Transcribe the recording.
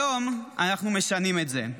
היום אנחנו משנים את זה.